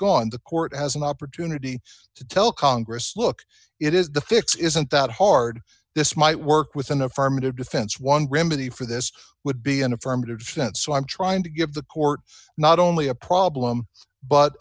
gone the court has an opportunity to tell congress look it is the fix isn't that hard this might work with an affirmative defense one remedy for this would be an affirmative defense so i'm trying to give the court not only a problem but